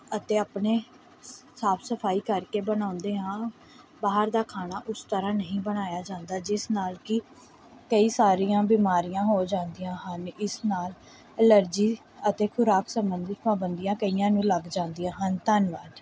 ਅਤੇ ਆਪਣੀ ਸਾਫ ਸਫਾਈ ਕਰਕੇ ਬਣਾਉਂਦੇ ਹਾਂ ਬਾਹਰ ਦਾ ਖਾਣਾ ਉਸ ਤਰ੍ਹਾਂ ਨਹੀਂ ਬਣਾਇਆ ਜਾਂਦਾ ਜਿਸ ਨਾਲ ਕਿ ਕਈ ਸਾਰੀਆਂ ਬਿਮਾਰੀਆਂ ਹੋ ਜਾਂਦੀਆਂ ਹਨ ਇਸ ਨਾਲ ਐਲਰਜੀ ਅਤੇ ਖੁਰਾਕ ਸੰਬੰਧੀ ਪਾਬੰਦੀਆਂ ਕਈਆਂ ਨੂੰ ਲੱਗ ਜਾਂਦੀਆਂ ਹਨ ਧੰਨਵਾਦ